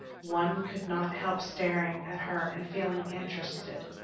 one could not help staring at her and feeling interested,